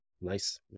Nice